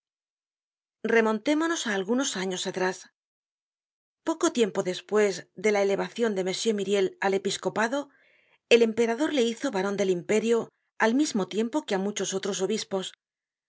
actitud remontémonos á algunos años atrás poco tiempo despues de la elevacion de m myriel al episcopado el emperador le hizo baron del imperio al mismo tiempo que á muchos otros obispos